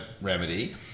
Remedy